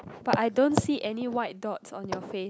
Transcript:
but I don't see any white dots on your face